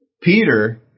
Peter